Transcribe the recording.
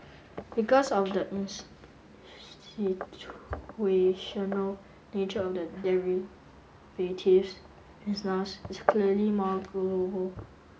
because of the nature of the derivatives business it's clearly more global